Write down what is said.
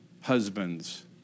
husbands